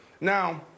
Now